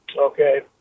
Okay